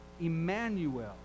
Emmanuel